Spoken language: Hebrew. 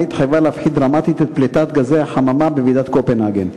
התחייבה להפחית דרמטית את פליטת גזי החממה בוועידת קופנהגן.